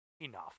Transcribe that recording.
Enough